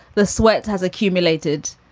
the sweat has accumulated,